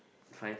fine